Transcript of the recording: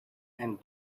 and